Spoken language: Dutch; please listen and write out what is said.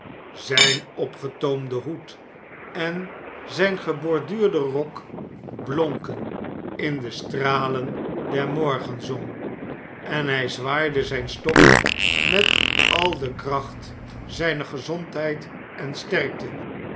zijn opgetoomde hoed en zijn geborduurde rok blonken in de stralen der morgenzon en hij zwaaide zijn stok met al de kracht zijner gezondheid en sterkte